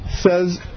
says